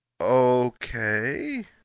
Okay